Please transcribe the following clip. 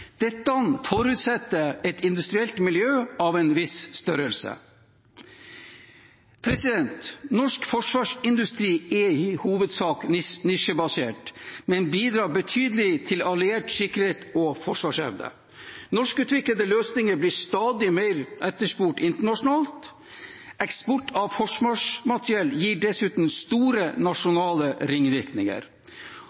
Dette forutsetter et industrielt miljø av en viss størrelse. Norsk forsvarsindustri er i hovedsak nisjebasert, men bidrar betydelig til alliert sikkerhet og forsvarsevne. Norskutviklede løsninger blir stadig mer etterspurt internasjonalt. Eksport av forsvarsmateriell gir dessuten store